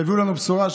בעל מחבר ספר,